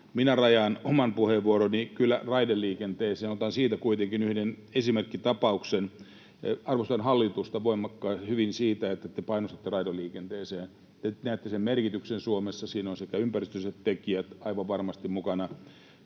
Minä rajaan oman puheenvuoroni kyllä raideliikenteeseen. Otan siitä kuitenkin yhden esimerkkitapauksen. Arvostan hallitusta hyvin siitä, että te panostatte raideliikenteeseen. Te näette sen merkityksen Suomessa. Siinä ovat ympäristölliset tekijät aivan varmasti mukana